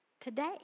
today